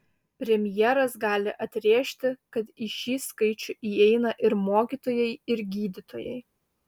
premjeras gali atrėžti kad į šį skaičių įeina ir mokytojai ir gydytojai